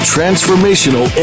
Transformational